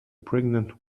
pregnant